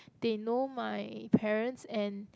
they know my parents and